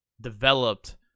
developed